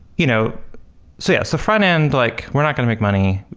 you know so yeah so frontend, like we're not going to make money.